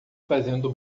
fazendo